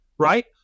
Right